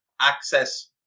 access